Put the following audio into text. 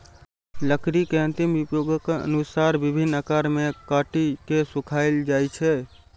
लकड़ी के अंतिम उपयोगक अनुसार विभिन्न आकार मे काटि के सुखाएल जाइ छै